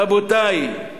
רבותי,